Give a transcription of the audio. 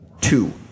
Two